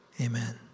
Amen